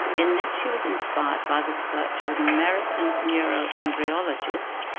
in this she was inspired by the research of an american neuro-embryologist,